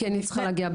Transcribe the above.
כי אני צריכה להגיע.